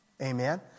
Amen